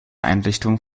einrichtung